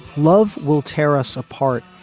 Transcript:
love will tear us apart.